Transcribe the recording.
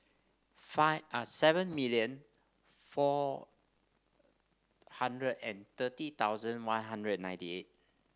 five seven million four hundred and thirty thousand One Hundred and ninety eight